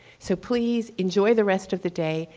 so please enjoy the rest of the day.